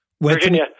Virginia